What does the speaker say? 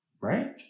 Right